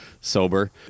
sober